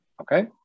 Okay